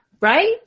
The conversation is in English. right